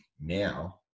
now